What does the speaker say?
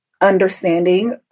understanding